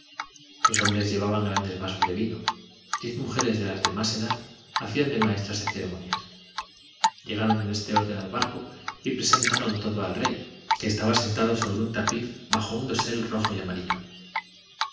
los hombres llevaban grandes vasos de vino diez mujeres de las de más edad hacían de maestras de ceremonias llegaron en este orden al barco y presentaron todo al rey que estaba sentado sobre un tapiz bajo un dosel rojo y amarillo